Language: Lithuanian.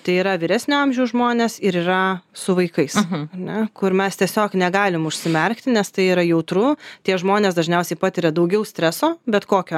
tai yra vyresnio amžiaus žmonės ir yra su vaikais ar ne kur mes tiesiog negalim užsimerkti nes tai yra jautru tie žmonės dažniausiai patiria daugiau streso bet kokiu